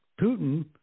Putin